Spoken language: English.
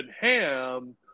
Ham